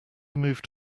moved